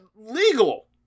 Legal